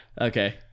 Okay